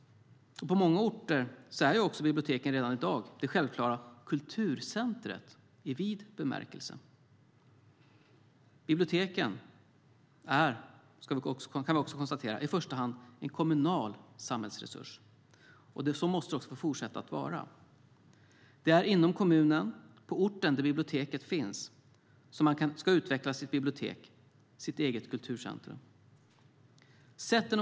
På många orter är också biblioteket redan i dag det självklara kulturcentrumet i vid bemärkelse. Biblioteken är i första hand en kommunal samhällsresurs och måste så också få fortsätta att vara. Det är inom kommunen, på orten där biblioteket finns, som man ska utveckla sitt bibliotek, sitt eget kulturcentrum.